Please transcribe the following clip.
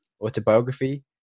autobiography